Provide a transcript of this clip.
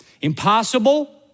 Impossible